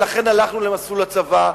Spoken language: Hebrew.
ולכן הלכנו למסלול הצבא,